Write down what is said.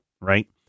Right